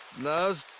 love